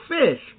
fish